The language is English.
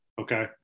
okay